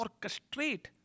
orchestrate